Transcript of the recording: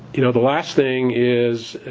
you know, the last thing is,